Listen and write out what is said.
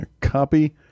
Copy